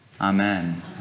Amen